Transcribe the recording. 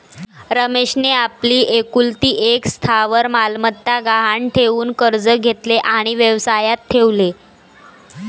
रमेशने आपली एकुलती एक स्थावर मालमत्ता गहाण ठेवून कर्ज घेतले आणि व्यवसायात ठेवले